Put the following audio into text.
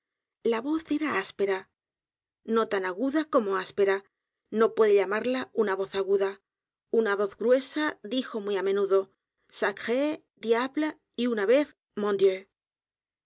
la voz era áspera no tan edgar poe novelas y cuentos a g u d a como áspera no puede llamarla una voz a g u d a la voz gruesa dijo muy á menudo sacre diable y una vez